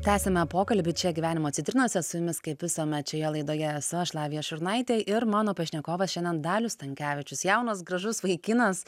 tęsiame pokalbį čia gyvenimo citrinose su jumis kaip visuomet šioje laidoje esu aš lavija šurnaitė ir mano pašnekovas šiandien dalius stankevičius jaunas gražus vaikinas